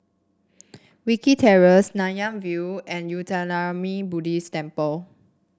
Wilkie Terrace Nanyang View and Uttamayanmuni Buddhist Temple